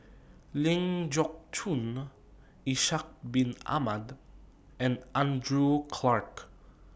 Ling Geok Choon Ishak Bin Ahmad and Andrew Clarke